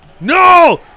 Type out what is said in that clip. No